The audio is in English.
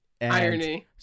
Irony